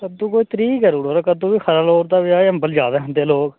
कद्दू कोई त्रीह् करी ओड़ो ते कद्दू ते खरा लोड़दा ब्याह् च अम्बल ज्यादा खांदे लोग